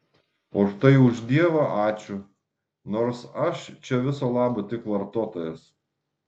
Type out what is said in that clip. o štai už dievą ačiū nors aš čia viso labo tik vartotojas